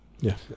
yes